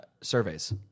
surveys